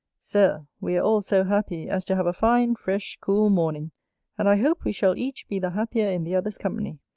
sir, we are all so happy as to have a fine, fresh, cool morning and i hope we shall each be the happier in the others' company.